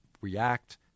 react